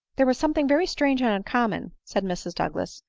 there was something very strange and uncommon, said mrs douglas,